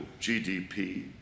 GDP